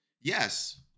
Yes